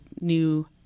new